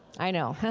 i know,